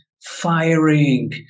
firing